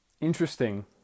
interesting